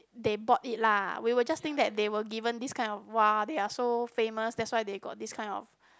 they bought it lah we will just think that they were given this kind of !whoa! they are so famous that's why they got this kind of